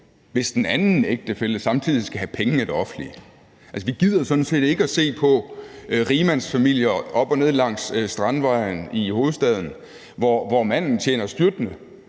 hvis den anden ægtefælle samtidig skal have penge af det offentlige. Vi gider sådan set ikke at se på rigsmandsfamilier op og ned langs Strandvejen i hovedstaden, hvor manden tjener styrtende